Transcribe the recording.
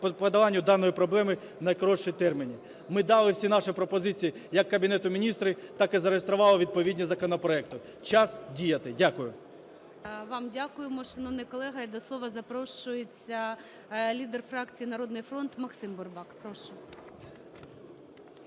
подоланню даної проблеми у найкоротші терміни. Ми дали всі наші пропозиції, як Кабінету Міністрів, так і зареєстрували відповідні законопроекти. Час діяти! Дякую. ГОЛОВУЮЧИЙ. Вам дякуємо, шановні колего. І до слова запрошується лідер фракції "Народний фронт" Максим Бурбак. Прошу.